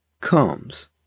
comes